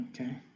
Okay